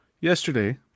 Yesterday